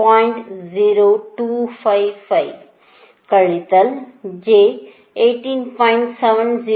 255 கழித்தல் j 18